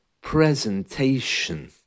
presentation